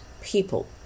people